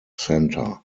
center